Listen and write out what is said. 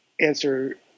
answer